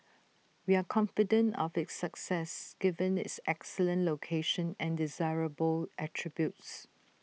we are confident of its success given its excellent location and desirable attributes